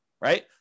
right